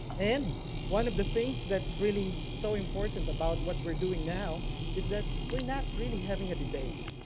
and one of the things that's really so important about what we're doing now is that we're not really having a debate.